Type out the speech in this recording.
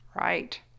Right